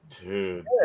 dude